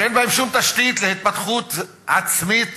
שאין בהם שום תשתית להתפתחות עצמית